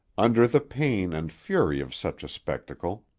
under the pain and fury of such a spectacle,